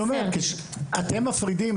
אתם מפרידים,